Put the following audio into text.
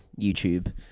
youtube